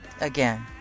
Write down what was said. Again